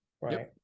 Right